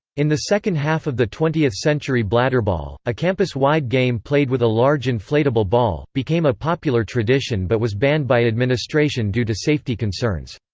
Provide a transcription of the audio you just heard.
in the second half of the twentieth century bladderball, a campus-wide game played with a large inflatable ball, became a popular tradition but was banned by administration due to safety concerns.